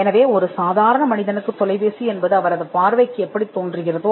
எனவே ஒரு லைபர்சனுக்கு ஒரு தொலைபேசி என்பது அவருக்கு எப்படித் தெரியும்